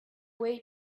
way